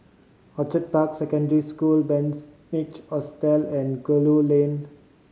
Orchid Park Secondary School Bunc Hostel and Gul Lane